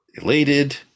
elated